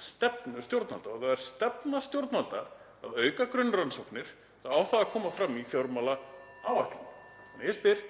stefnu stjórnvalda. Ef það er stefna stjórnvalda að auka grunnrannsóknir þá á það að koma fram í fjármálaáætlun. (Forseti hringir.) Ég spyr því: